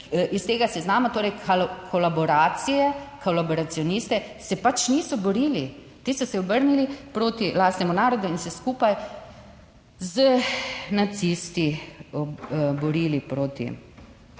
iz tega seznama, torej kolaboracije, kolaboracioniste. Se pač niso borili. Ti so se obrnili proti lastnemu narodu in se skupaj z nacisti borili proti